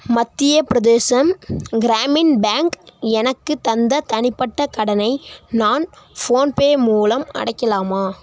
மத்திய பிரதேஷ கிராமின் பேங்க் எனக்குத் தந்த தனிப்பட்ட கடனை நான் ஃபோன்பே மூலம் அடைக்கலாமா